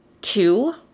two